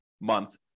month